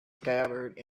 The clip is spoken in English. scabbard